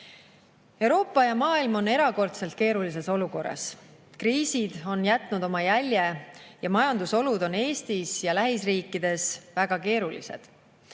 Euroopa ja maailm on erakordselt keerulises olukorras. Kriisid on jätnud oma jälje ning majandusolud on Eestis ja lähiriikides väga keerulised.